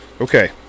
Okay